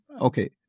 okay